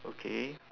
okay